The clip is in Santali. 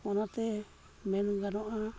ᱚᱱᱟᱛᱮ ᱢᱮᱱ ᱜᱟᱱᱚᱜᱼᱟ